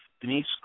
Denise